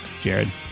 Jared